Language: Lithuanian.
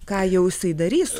ką jau jisai darys